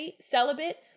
celibate